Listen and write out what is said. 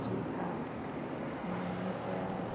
जी हा मां हुन त